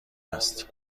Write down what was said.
است